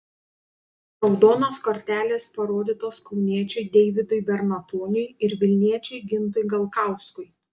raudonos kortelės parodytos kauniečiui deividui bernatoniui ir vilniečiui gintui galkauskui